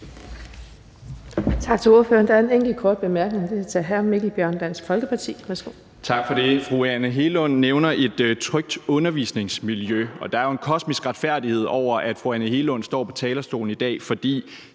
Tak for det. Fru Anne Hegelund nævner et trygt undervisningsmiljø, og der er jo en kosmisk retfærdighed over, at fru Anne Hegelund står på talerstolen i dag, for